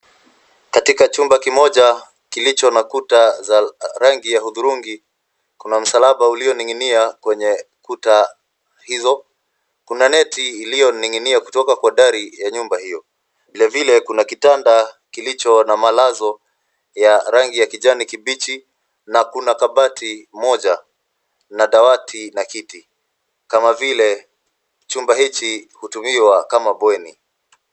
Katika chumba kimoja kilicho na kuta za rangi ya hudhurungi, kuna msalaba ulioning'inia kwenye kuta hilo. Kuna neti iliyoning'inia kutoka kwa dari ya nyumba hiyo. Vilevile kuna kitanda kilicho na malazo ya rangi ya kijani kibichi na kuna kabati moja na dawati na kiti, kama vile chumba hichi hutumiwa kama bweni.